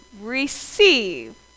receive